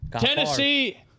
Tennessee